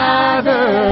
Father